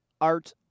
art